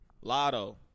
Lotto